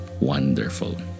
Wonderful